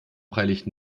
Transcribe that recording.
freilich